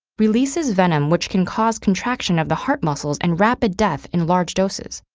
releases venom which can cause contraction of the heart muscles and rapid death in large doses.